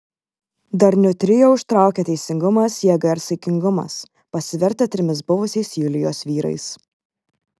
darniu trio užtraukė teisingumas jėga ir saikingumas pasivertę trimis buvusiais julijos vyrais